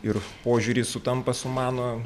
ir požiūris sutampa su mano